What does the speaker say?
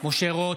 משה רוט,